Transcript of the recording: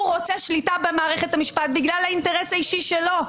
הוא רוצה שליטה במערכת המשפט בגלל האינטרס האישי שלו.